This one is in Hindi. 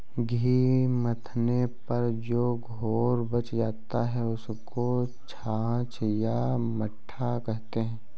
घी मथने पर जो घोल बच जाता है, उसको छाछ या मट्ठा कहते हैं